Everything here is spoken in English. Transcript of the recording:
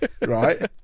Right